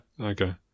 Okay